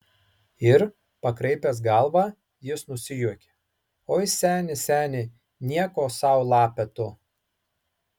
ir pakraipęs galvą jis nusijuokė oi seni seni nieko sau lapė tu